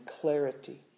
clarity